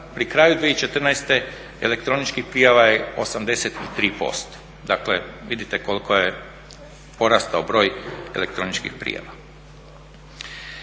pri kraju 2014. elektroničkih prijava je 83%. Dakle, vidite koliko je porastao broj elektroničkih prijava.